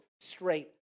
straight